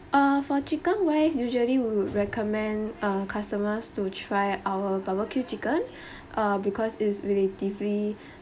uh for chicken wise usually we would recommend uh customers to try our barbecue chicken uh because it's relatively